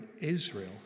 Israel